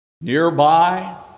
nearby